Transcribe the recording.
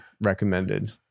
recommended